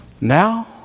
Now